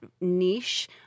niche